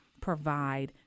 provide